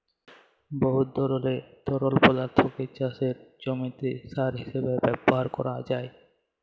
বহুত ধরলের তরল পদাথ্থকে চাষের জমিতে সার হিঁসাবে ব্যাভার ক্যরা যায়